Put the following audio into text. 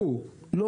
כדי